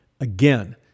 again